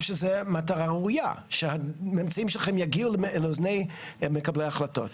שזו מטרה ראויה שהממצאים שלכם יגיעו לאוזני מקבלי ההחלטות.